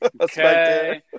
okay